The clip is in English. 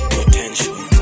Potential